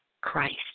Christ